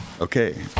okay